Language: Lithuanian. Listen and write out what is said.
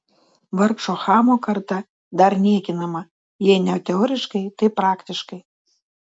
vargšo chamo karta dar niekinama jei ne teoriškai tai praktiškai